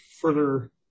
further